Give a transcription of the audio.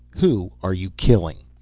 who are you killing?